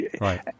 Right